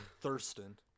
Thurston